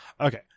Okay